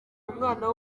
umwana